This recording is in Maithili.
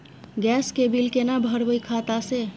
गैस के बिल केना भरबै खाता से?